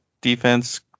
defense